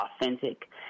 authentic